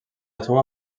seua